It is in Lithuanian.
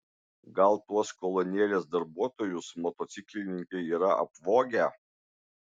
gal tuos kolonėlės darbuotojus motociklininkai yra apvogę